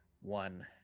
One